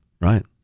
right